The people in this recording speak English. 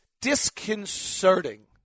disconcerting